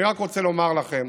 אני רק רוצה לומר לכם,